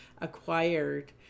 acquired